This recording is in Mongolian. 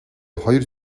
хоёр